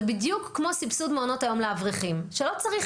זה בדיוק כמו סבסוד מעונות היום לאברכים: שלא צריך